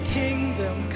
kingdom